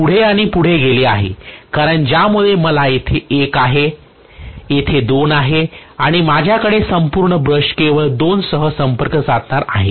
हे पुढे आणि पुढे गेले आहे कारण ज्यामुळे मला येथे 1 आहे येथे 2 आहे आणि माझ्याकडे संपूर्ण ब्रश केवळ 2 सह संपर्क साधणार आहे